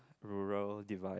rural divide